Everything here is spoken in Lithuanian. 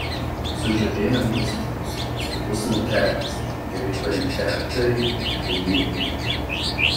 sužavėjo mistinis nuostabus saundtrekas gerai parinkti aktoriai ir vaidyba puiki